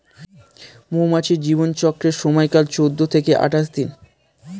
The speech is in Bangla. মৌমাছির জীবন চক্রের সময়কাল চৌদ্দ থেকে আঠাশ দিন